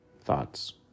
Thoughts